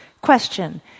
question